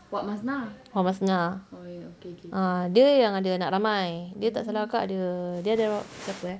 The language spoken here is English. wak masnah ah dia yang ada anak ramai di tak salah kakak ada dia berapa eh